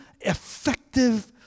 effective